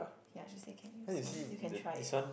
ya she say can use so you can try it